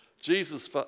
Jesus